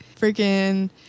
freaking